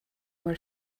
were